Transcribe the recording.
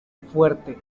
fuerte